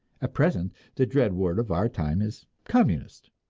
at present the dread word of our time is communist.